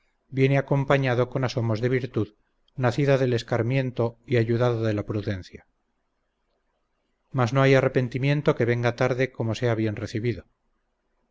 viene acompañado con asomos de virtud nacida del escarmiento y ayudado de la prudencia mas no hay arrepentimiento que venga tarde como sea bien recibido